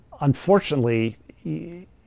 unfortunately